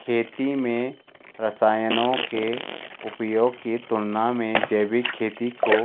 खेती में रसायनों के उपयोग की तुलना में जैविक खेती को